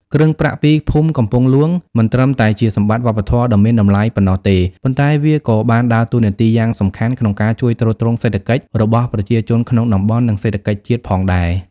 គ្រឿងប្រាក់ពីភូមិកំពង់ហ្លួង មិនត្រឹមតែជាសម្បត្តិវប្បធម៌ដ៏មានតម្លៃប៉ុណ្ណោះទេ ប៉ុន្តែវាក៏បានដើរតួនាទីយ៉ាងសំខាន់ក្នុងការជួយទ្រទ្រង់សេដ្ឋកិច្ចរបស់ប្រជាជនក្នុងតំបន់ និងសេដ្ឋកិច្ចជាតិផងដែរ។